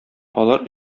алар